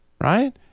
right